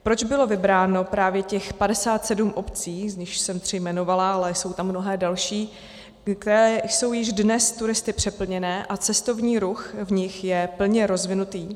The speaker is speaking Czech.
Proč bylo vybráno právě těch 57 obcí, z nichž jsem tři jmenovala, ale jsou tam mnohé další, které jsou již dnes turisty přeplněné a cestovní ruch v nich je plně rozvinutý?